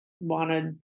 wanted